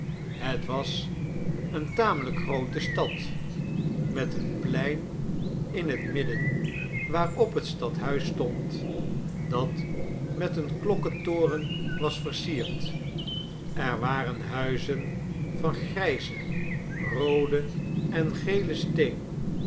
niet was eene tamelijk groote stad met een plein in het midden waarop het stadhuis stond dat met een klokketoren was versierd er waren huizen van grijzen rooden en gelen steen